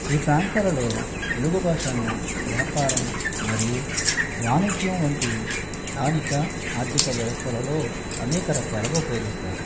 ఈ ప్రాంతాలలో తెలుగు భాషను వ్యాపారం మరియు వాణిజ్యం వంటి స్థానిక ఆర్థిక వ్యవస్థలలో అనేక రకాలుగా ఉపయోగిస్తారు